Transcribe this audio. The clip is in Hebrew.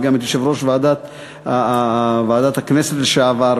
וגם את פני יושב-ראש ועדת הכנסת לשעבר,